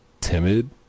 timid